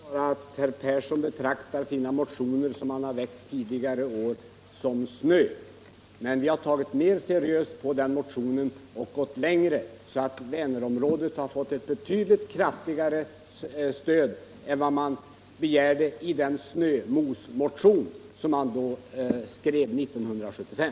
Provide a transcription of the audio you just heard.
Herr talman! Jag konstaterar bara att herr Persson betraktar de motioner han har väckt tidigare år som snö. Men vi har tagit mer seriöst på den motionen och gått längre, så att Vänerområdet har fått ett betydligt kraftidigare stöd än vad man begärde i den snömosmotion som man skrev 1975.